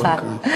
הוא יחד אתך.